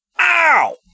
Ow